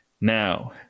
Now